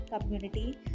community